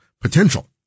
potential